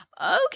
okay